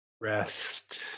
rest